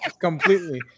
completely